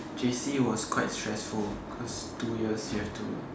J_C was quite stressful cause two years you have to